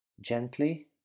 gently